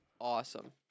awesome